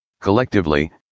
Collectively